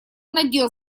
надел